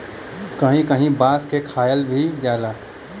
कहीं कहीं बांस क खायल भी जाला